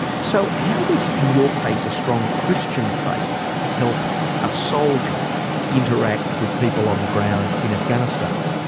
so how does in your case a strong christian faith help a soldier interact with people on the ground in afghanistan?